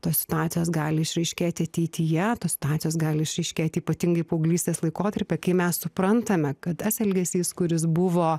tos situacijos gali išryškėti ateityje tos situacijos gali išryškėti ypatingai paauglystės laikotarpyje kai mes suprantame kad tas elgesys kuris buvo